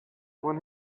when